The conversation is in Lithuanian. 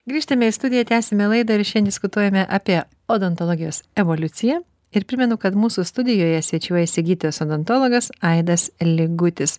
grįžtame į studiją tęsiame laidą ir šiandien diskutuojame apie odontologijos evoliuciją ir primenu kad mūsų studijoje svečiuojasi gydytojas odontologas aidas ligutis